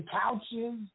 couches